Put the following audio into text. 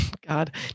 God